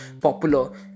popular